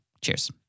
Cheers